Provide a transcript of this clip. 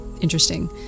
interesting